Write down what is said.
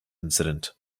incident